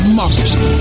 marketing